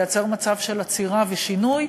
לייצר מצב של עצירה ושינוי.